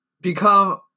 become